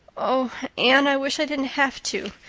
oh, anne, i wish i didn't have to.